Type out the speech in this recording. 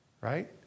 Right